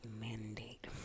mandate